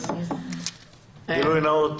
לכן גילוי נאות